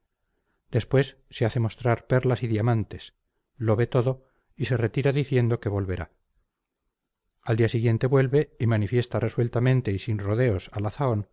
después se hace mostrar perlas y diamantes lo ve todo y se retira diciendo que volverá al día siguiente vuelve y manifiesta resueltamente y sin rodeos a